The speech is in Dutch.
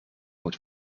moet